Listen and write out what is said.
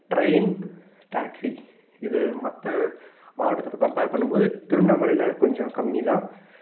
train taxi இதை மற்ற மாவட்டத்தோடய கம்பேர் பண்ணும்போது திருவண்ணாமலையில் கொஞ்சம் கம்மிதான்